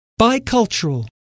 bicultural